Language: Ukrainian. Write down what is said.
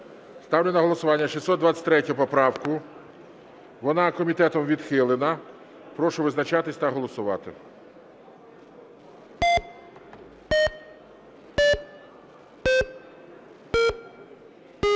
Ставлю на голосування 623 поправку. Вона комітетом відхилена. Прошу визначатись та голосувати.